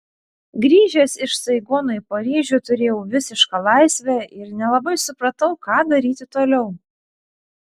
grįžęs iš saigono į paryžių turėjau visišką laisvę ir nelabai supratau ką daryti toliau